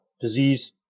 disease